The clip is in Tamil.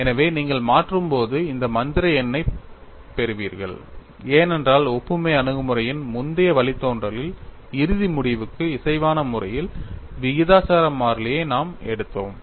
எனவே நீங்கள் மாற்றும்போது அந்த மந்திர எண்ணைப் பெறுவீர்கள் ஏனென்றால் ஒப்புமை அணுகுமுறையின் முந்தைய வழித்தோன்றலில் இறுதி முடிவுக்கு இசைவான முறையில் விகிதாசார மாறிலியை நாம் எடுத்தோம்